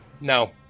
No